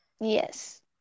Yes